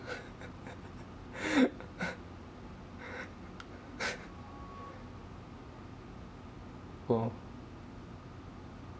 oh